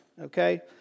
okay